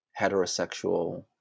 heterosexual